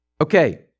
Okay